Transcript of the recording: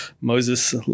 Moses